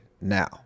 now